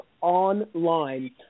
online